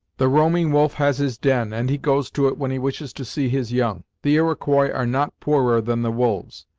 the roaming wolf has his den, and he goes to it when he wishes to see his young. the iroquois are not poorer than the wolves.